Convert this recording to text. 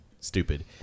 stupid